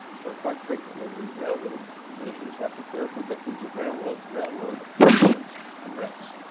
for quite frequently, we railroad physicians have to care for victims of railroad railroad and wrecks.